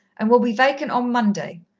and will be vacant on monday.